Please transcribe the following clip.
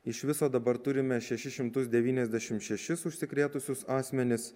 iš viso dabar turime šešis šimtus devyniasdešimt šešis užsikrėtusius asmenis